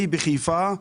בחיפה,